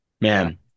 Man